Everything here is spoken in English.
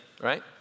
right